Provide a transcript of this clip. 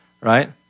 right